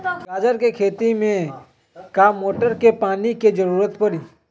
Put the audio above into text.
गाजर के खेती में का मोटर के पानी के ज़रूरत परी?